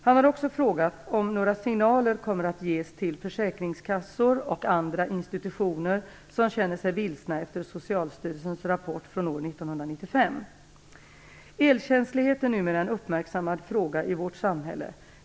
Han har också frågat om några signaler kommer att ges till försäkringskassor och andra institutioner som känner sig vilsna efter Elkänslighet är numera en uppmärksammad fråga i vårt samhälle.